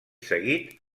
seguit